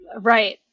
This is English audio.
Right